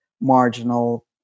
marginal